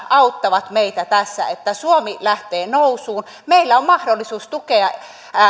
auttavat meitä tässä että suomi lähtee nousuun meillä on mahdollisuus tukea